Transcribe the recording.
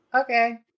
Okay